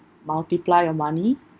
multiply your money